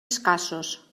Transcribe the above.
escassos